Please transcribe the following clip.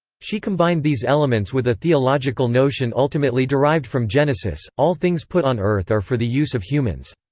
she combined these elements with a theological notion ultimately derived from genesis all things put on earth are for the use of humans.